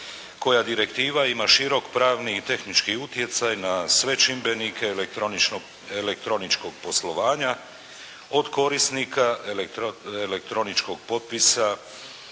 koja direktiva ima širok pravni i tehnički utjecaj na sve čimbenike elektroničkog poslovanja od korisnika elektroničkog potpisa,